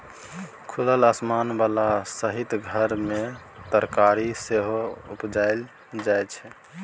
खुलल आसमान बला हरित घर मे तरकारी सेहो उपजाएल जाइ छै